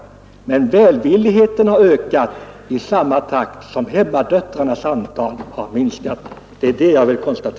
Jag vill konstatera att välvilligheten har ökat i samma takt som hemmadöttrarnas antal har minskat.